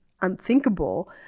unthinkable